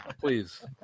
please